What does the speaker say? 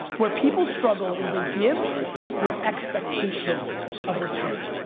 where people struggle is they give with expectation of return.